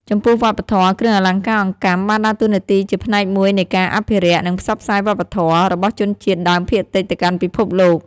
ចំពោះវប្បធម៌ គ្រឿងអលង្ការអង្កាំបានដើរតួនាទីជាផ្នែកមួយនៃការ អភិរក្ស និងផ្សព្វផ្សាយវប្បធម៌ របស់ជនជាតិដើមភាគតិចទៅកាន់ពិភពលោក។